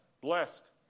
blessed